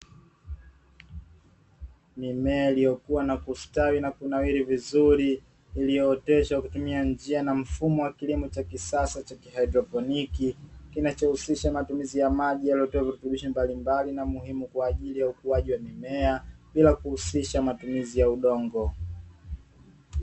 Mimea iliyokua, kustawi na kunawiri vizuri, iliyooteshwa kwa kutumia njia na mfumo wa kilimo cha kisasa cha kihaidroponi, kinachohusisha matumizi ya maji yaliyotiwa virutubisho mbalimbali na muhimu kwa ajili ya ukuaji wa mimea, bila kuhusisha matumizi ya udongo.